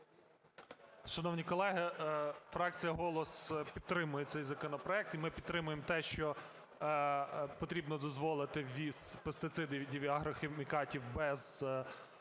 Шановні колеги, фракція "Голос" підтримує цей законопроект, і ми підтримуємо те, що потрібно дозволити ввіз пестицидів і агрохімікатів без